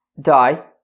die